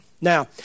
Now